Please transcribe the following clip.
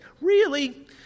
Really